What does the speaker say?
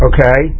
Okay